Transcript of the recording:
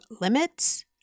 limits